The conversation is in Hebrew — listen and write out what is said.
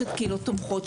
יש את ׳קהילות תומכות׳,